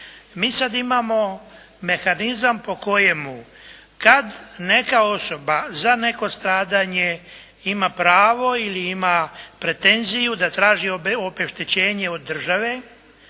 Mi sad imamo mehanizam po kojemu kad neka osoba za neko stradanje ima pravo ili ima pretenziju da traži obeštećenje od države